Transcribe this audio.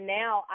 now